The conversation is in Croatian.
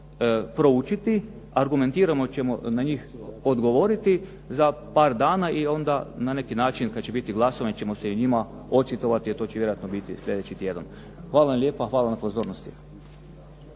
Hvala vam lijepa, hvala na pozornosti.